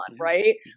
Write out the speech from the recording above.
right